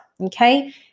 okay